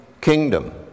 kingdom